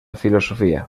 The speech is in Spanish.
filosofía